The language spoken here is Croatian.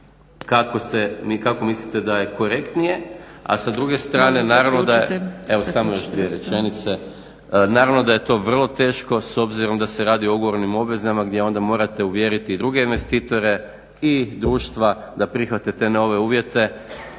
kako mislite da je korektnije a sa druge strane naravno da je to vrlo teško s obzirom da se radi o ugovornim obvezama gdje onda morate uvjeriti druge investitore i društva da prihvate te nove uvjete